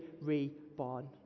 reborn